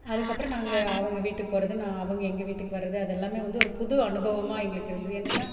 அதுக்கப்புறம் நாங்கள் அவங்க வீட்டுக்கு போவது நான் அவங்க எங்கள் வீட்டுக்கு வரது அதெல்லாமே வந்து ஒரு புது அனுபவமாக எங்களுக்கு இருந்தது என்னன்னால்